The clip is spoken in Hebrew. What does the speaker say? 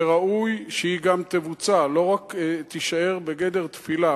וראוי שהיא גם תבוצע, לא רק תישאר בגדר תפילה.